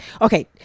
Okay